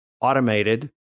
automated